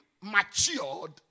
matured